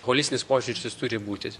holistinis požiūris jis turi būti